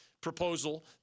proposal